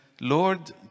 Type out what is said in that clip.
Lord